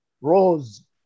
rose